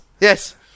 Yes